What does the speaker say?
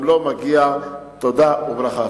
גם לו מגיעה תודה וברכה.